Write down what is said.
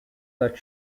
that